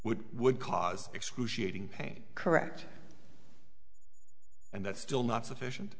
would would cause excruciating pain correct and that's still not sufficient